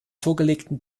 vorgelegten